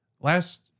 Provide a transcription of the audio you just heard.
last